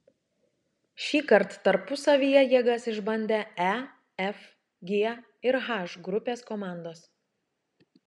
šįkart tarpusavyje jėgas išbandė e f g ir h grupės komandos